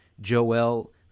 Joel